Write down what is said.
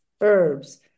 herbs